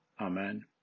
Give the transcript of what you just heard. Amen